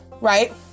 right